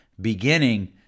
beginning